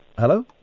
Hello